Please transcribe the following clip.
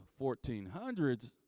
1400s